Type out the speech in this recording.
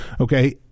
okay